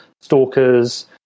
stalkers